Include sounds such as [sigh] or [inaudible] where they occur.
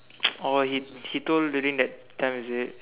[noise] oh he he told during that time is it